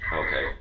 okay